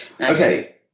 Okay